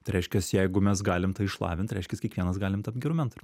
tai reiškias jeigu mes galim tai išlavint reiškias kiekvienas galim tapt geru mentoriu